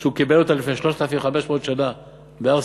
שהוא קיבל אותה לפני 3,500 שנה בהר-סיני,